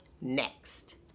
next